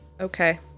Okay